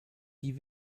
die